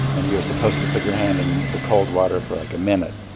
and you're supposed to put your hand in the cold water for, like, a minute.